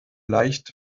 leicht